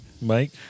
Mike